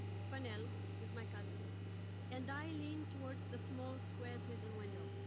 fanel who's my cousin and i lean towards the small square prison window.